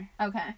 Okay